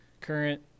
current